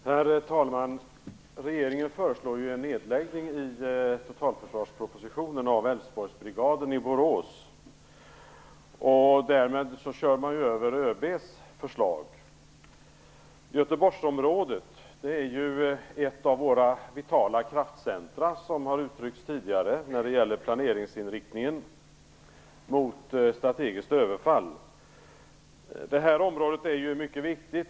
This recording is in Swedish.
Herr talman! Regeringen föreslår i totalförsvarspropositionen en nedläggning av Älvsborgsbrigaden i Borås. Därmed kör man över ÖB:s förslag. Göteborgsområdet är ett av våra vitala kraftcentra - som det tidigare har uttryckts - när det gäller planeringsinriktningen mot strategiskt överfall. Detta område är mycket viktigt.